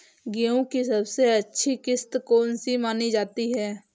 गेहूँ की सबसे अच्छी किश्त कौन सी मानी जाती है?